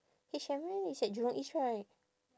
H&M is at jurong east right